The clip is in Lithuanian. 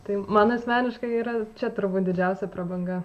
tai man asmeniškai yra čia turbūt didžiausia prabanga